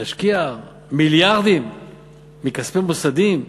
להשקיע מיליארדים מכספים מוסדיים?